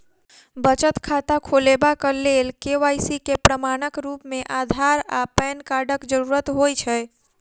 बचत खाता खोलेबाक लेल के.वाई.सी केँ प्रमाणक रूप मेँ अधार आ पैन कार्डक जरूरत होइ छै